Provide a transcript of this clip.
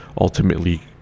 ultimately